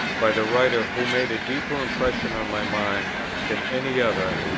by the writer who made a deeper impression on my mind than any other,